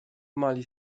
mali